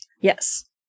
Yes